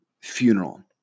funeral